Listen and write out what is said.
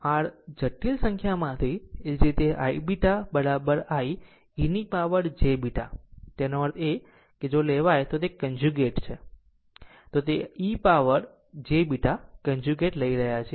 β r જટિલ સંખ્યામાંથી તે જ I β I e power j β તેનો અર્થ એ કે જો તે લેવાય તો તે કન્જુગેટ છે સંદર્ભ સમય 2514 તે I e power j β conjugate લઈ રહ્યા છે